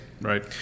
Right